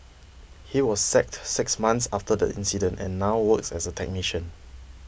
he was sacked six months after the incident and now works as a technician